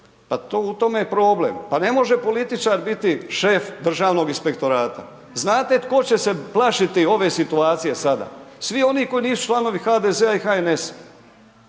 pa u tome je problem, pa ne može političar biti šef Državnog inspektora. Znate tko će se plašiti ove situacije sada? Svi oni koji nisu članovi HDZ-a i HNS-a.